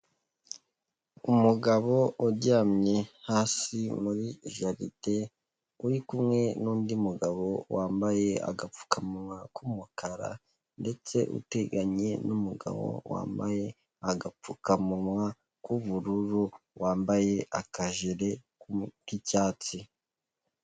Umugabo uryamye hasi muri jaride, uri kumwe n'undi mugabo wambaye agapfukamunwa k'umukara ndetse uteganye n'umugabo wambaye agapfukamunwa k'ubururu wambaye akajire k'icyatsi.